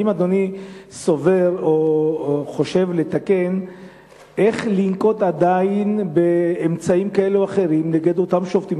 האם אדוני סובר או חושב איך לנקוט אמצעים כאלה ואחרים נגד אותם שופטים,